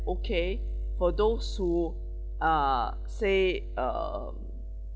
okay for those who are say uh